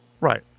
Right